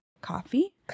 coffee